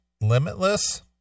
Limitless